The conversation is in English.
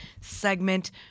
segment